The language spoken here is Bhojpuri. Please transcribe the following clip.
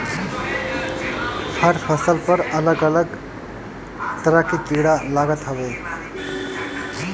हर फसल पर अलग अलग तरह के कीड़ा लागत हवे